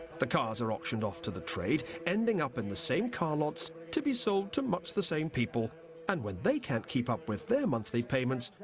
the cars are auctioned off to the trade, ending up in the same car lots, to be sold to much the same people and, when they can't keep up with their monthly payments,